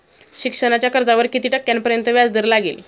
शिक्षणाच्या कर्जावर किती टक्क्यांपर्यंत व्याजदर लागेल?